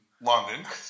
London